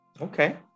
Okay